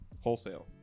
wholesale